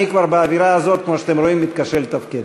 אני באווירה הזאת, כמו שאתם רואים, מתקשה לתפקד.